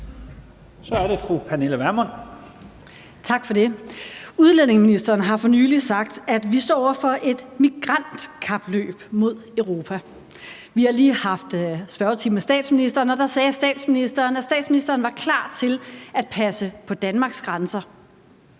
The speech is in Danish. Kl. 14:15 Pernille Vermund (NB): Udlændingeministeren har for nylig sagt, at vi står over for et migrantkapløb mod Europa. Vi har lige haft spørgetime med statsministeren, og der sagde statsministeren, at statsministeren var klar til at passe på Danmarks grænser.